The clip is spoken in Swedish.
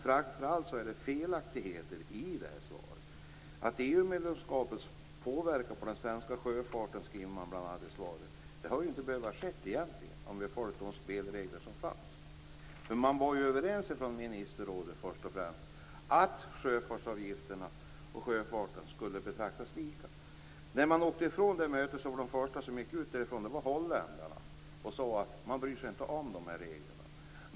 Framför allt är det felaktigheter i det här svaret. EU-medlemskapets påverkan på den svenska sjöfarten skriver man om i svaret. Det hade inte behövt ske egentligen, om vi hade följt de spelregler som fanns. Man var först och främst överens i ministerrådet om att sjöfartsavgifterna och sjöfarten skulle betraktas lika. Från det mötet var holländarna de första som sade att man inte brydde sig om de här reglerna.